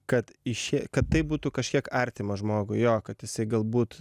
kad išė kad tai būtų kažkiek artima žmogui jo kad jisai galbūt